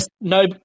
no